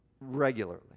regularly